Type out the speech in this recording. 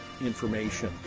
information